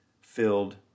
filled